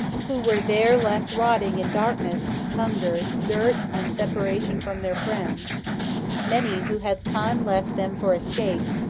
who were there left rotting in darkness, hunger, dirt, and separation from their friends many, who had time left them for escape,